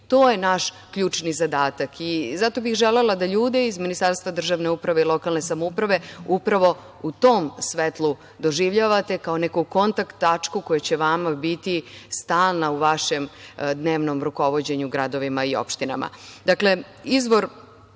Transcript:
to je naš ključni zadatak. Zato bih želela da ljude iz Ministarstva državne uprave i lokalne samouprave upravo u tom svetlu doživljavate, kao neku kontakt tačku koja će vama biti stalna u vašem dnevnom rukovođenju gradovima i opštinama. Dakle,